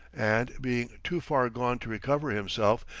and, being too far gone to recover himself,